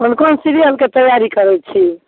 कोन कोन सिरियलके तैआरी करै छी